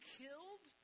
killed